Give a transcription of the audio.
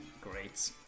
great